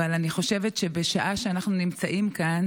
אבל אני חושבת שבשעה שאנחנו נמצאים כאן